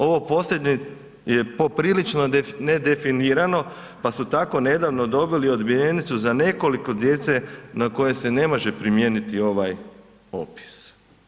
Ovo posljednje je poprilično nedefinirano, pa su tako nedavno dobili odbijenicu za nekoliko djece na koje se ne može primijeniti ovaj opis.